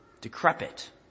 decrepit